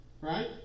Right